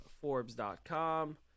forbes.com